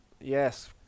yes